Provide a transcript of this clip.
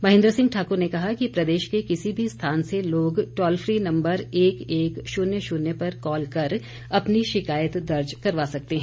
महेन्द्र सिंह ठाकुर ने कहा कि प्रदेश के किसी भी स्थान से लोग टॉल फ्री नम्बर एक एक शून्य शून्य पर काल कर अपनी शिकायत दर्ज करवा सकते हैं